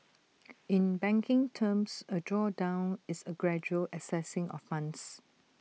in banking terms A drawdown is A gradual accessing of funds